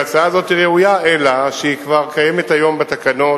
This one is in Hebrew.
ההצעה הזאת היא ראויה אלא שהיא כבר קיימת היום בתקנות,